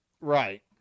Right